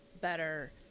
better